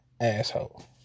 asshole